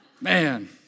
Man